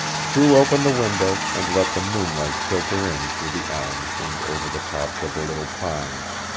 threw open the window and let the moonlight filter in through the elms and over the tops of the little pines.